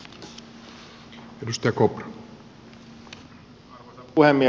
arvoisa puhemies